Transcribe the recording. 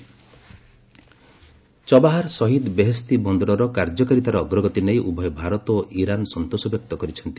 India Iran Chabahar Shahid Beheshti ବନ୍ଦରର କାର୍ଯ୍ୟକାରିତାର ଅଗ୍ରଗତି ନେଇ ଉଭୟ ଭାରତ ଓ ଇରାନ୍ ସନ୍ତୋଷ ବ୍ୟକ୍ତ କରିଛନ୍ତି